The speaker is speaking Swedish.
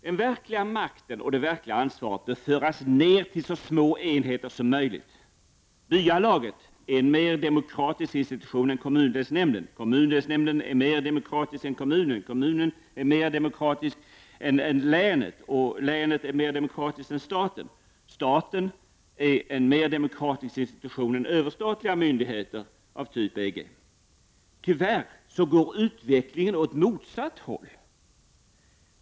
Den verkliga makten och det verkliga ansvaret bör föras ner till så små enheter som möjligt. Byalaget är en mer demokratisk institution än kommundelsnämnden, kommundelsnämnden är mer demokratisk än kommunen, kommunen är mer demokratisk än länet, länet är mer demokratiskt än staten, staten är en mer demokratisk institution än överstatliga myndigheter av typ EG. Tyvärr går utvecklingen åt motsatt håll.